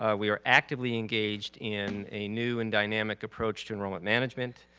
ah we are actively engaged in a new and dynamic approach to enroll at management,